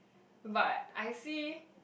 but I see